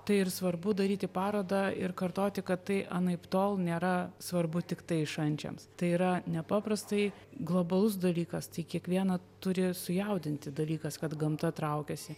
tai ir svarbu daryti parodą ir kartoti kad tai anaiptol nėra svarbu tiktai šančiams tai yra nepaprastai globalus dalykas tai kiekvieną turi sujaudinti dalykas kad gamta traukiasi